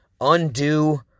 undo